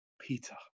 Peter